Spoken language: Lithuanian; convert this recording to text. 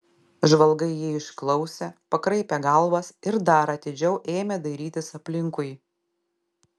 žvalgai jį išklausė pakraipė galvas ir dar atidžiau ėmė dairytis aplinkui